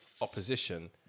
opposition